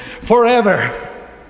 forever